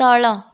ତଳ